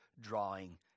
drawing